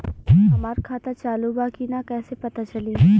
हमार खाता चालू बा कि ना कैसे पता चली?